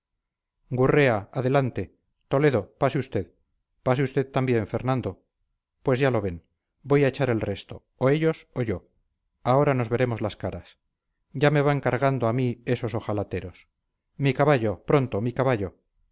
gurrea adelante toledo pase usted pase usted también fernando pues ya lo ven voy a echar el resto o ellos o yo ahora nos veremos las caras ya me van cargando a mí esos ojalateros mi caballo pronto mi caballo